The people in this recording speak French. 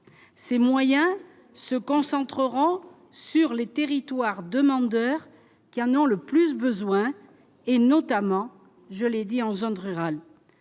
ces moyens se concentreront sur les territoires demandeurs qui en ont le plus besoin et notamment, je l'ai dit, en zone rurale,